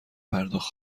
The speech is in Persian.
پرداخت